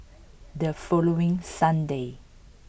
the following Sunday